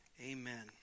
Amen